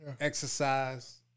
Exercise